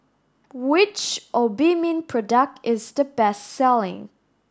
which Obimin product is the best selling